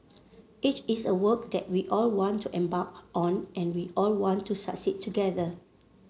it is a work that we all want to embark on and we all want to succeed together